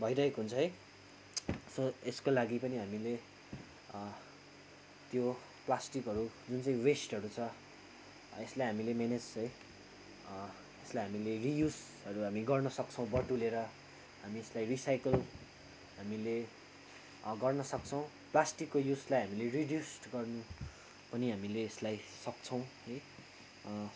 भइरहेको हुन्छ है सो यसको लागि पनि हामीले त्यो प्लासटिकहरू जुन चाहिँ वेस्टहरू छ यसलाई हामीले म्यानेज यसलाई हामीले रियुजहरू हामी गर्न सक्छौँ बटुलेर हामी यसलाई रिसाइकल हामीले गर्न सक्छौँ प्लासटिकको युजलाई हामीले रिड्युस् गर्नु पनि हामीले यसलाई सक्छौँ है